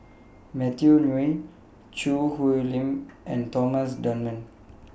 Matthew Ngui Choo Hwee Lim and Thomas Dunman